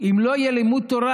אם לא יהיה לימוד תורה,